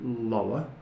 lower